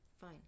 Fine